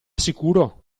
sicuro